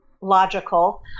logical